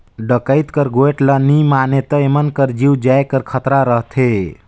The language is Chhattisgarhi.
डकइत कर गोएठ ल नी मानें ता एमन कर जीव जाए कर खतरा रहथे